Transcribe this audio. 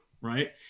right